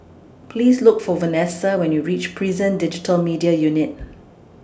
Please Look For Vanessa when YOU REACH Prison Digital Media Unit